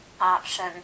option